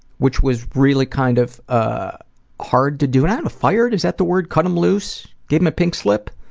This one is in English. which was really kind of ah hard to do. and i fired, is that the word? cut him loose? gave him a pink slip?